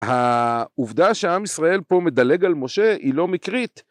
העובדה שהעם ישראל פה מדלג על משה היא לא מקרית